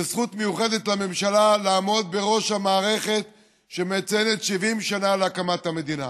וזכות מיוחדת לממשלה לעמוד בראש המערכת שמציינת 70 שנה להקמת המדינה.